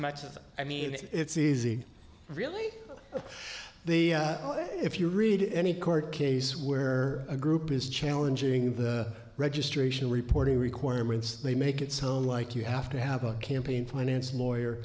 it i mean it's easy really the if you read any court case where a group is challenging the registration reporting requirements they make it sound like you have to have a campaign finance lawyer